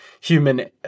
human